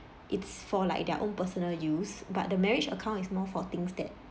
it's for like their own personal use but the marriage account is more for things that